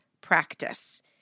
practice